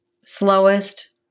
slowest